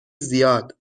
زیاد